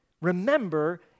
Remember